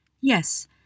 Yes